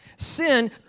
Sin